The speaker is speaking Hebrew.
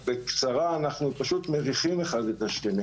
בקצרה, אנחנו פשוט מריחים אחד את השני.